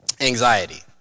anxiety